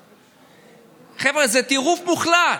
חבר'ה, זה טירוף מוחלט.